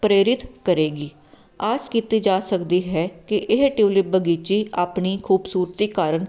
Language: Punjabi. ਪ੍ਰੇਰਿਤ ਕਰੇਗੀ ਆਸ ਕੀਤੀ ਜਾ ਸਕਦੀ ਹੈ ਕਿ ਇਹ ਟਿਉਲਿਪ ਬਗੀਚੀ ਆਪਣੀ ਖੂਬਸੂਰਤੀ ਕਾਰਨ